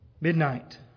midnight